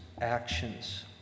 actions